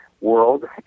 world